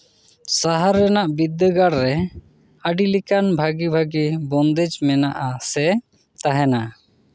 ᱥᱟᱦᱟᱨ ᱨᱮᱱᱟᱜ ᱵᱤᱫᱽᱫᱟᱹᱜᱟᱲ ᱨᱮ ᱟᱹᱰᱤ ᱞᱮᱠᱟᱱ ᱵᱷᱟᱹᱜᱤ ᱵᱷᱟᱹᱜᱤ ᱵᱚᱱᱫᱮᱡᱽ ᱢᱮᱱᱟᱜᱼᱟ ᱥᱮ ᱛᱟᱦᱮᱱᱟ